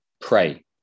Pray